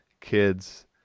kids